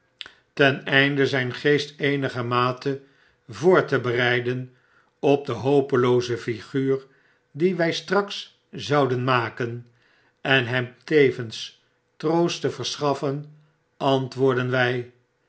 ten einde zyn geest eenigermate voor te bereiden op de hopelooze figuur die wj straks zouden maken en hem tevens troost te verschaffen antwoordden wij